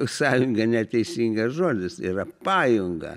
sąjunga neteisingas žodis yra pajunga